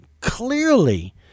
Clearly